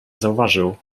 zauważył